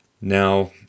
Now